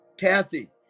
Kathy